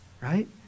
right